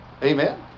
Amen